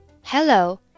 Hello